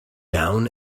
down